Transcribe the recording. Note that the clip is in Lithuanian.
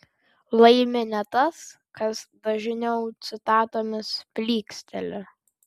laimi ne tas kas dažniau citatomis plyksteli